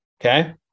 Okay